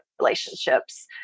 relationships